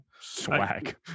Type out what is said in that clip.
Swag